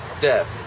death